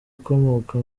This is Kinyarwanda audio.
ukomoka